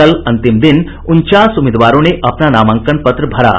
कल अंतिम दिन उनचास उम्मीदवारों ने अपना नामांकन पत्र दाखिल किया